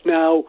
Now